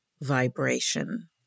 vibration